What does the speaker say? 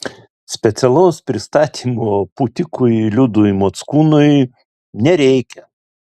specialaus pristatymo pūtikui liudui mockūnui nereikia